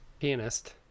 Pianist